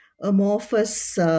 amorphous